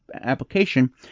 application